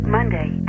Monday